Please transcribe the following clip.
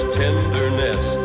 tenderness